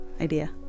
idea